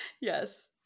yes